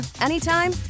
anytime